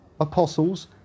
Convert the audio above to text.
apostles